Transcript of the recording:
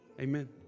amen